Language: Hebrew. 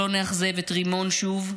בואו לא נאכזב את רימון שוב.